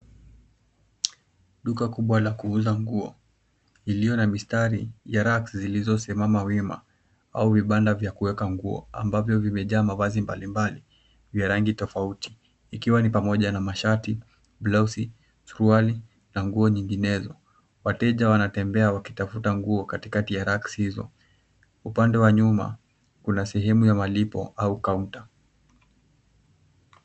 Duka kubwa la kuuza nguo lilio na mistari ya racks zilizosimama wima au vibanda vya kuweka nguo ambavyo vimejaa mavazi mbalimbali vya rangi tofauti ikiwa nipamoja na mashati, blauzi, suruali na nguo nyinginezo. Wateja wanatembea wakitafuta nguo katikati ya racks hizo. Upande wa nyuma kuna sehemu ya malipo au kaunta.